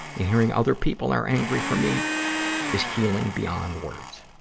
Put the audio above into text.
and hearing other people are angry for me is healing beyond words.